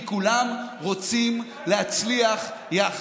כי כולם רוצים להצליח יחד.